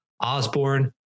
Osborne